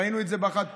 ראינו את זה בחד-פעמי,